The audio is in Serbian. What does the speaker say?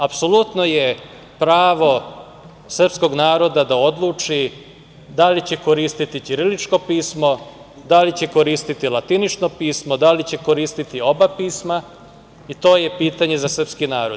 Apsolutno je pravo srpskog naroda da odluči da li će koristiti ćiriličko pismo, da li će koristiti latinično pismo, da li će koristiti oba pisma i to je pitanje za srpski narod.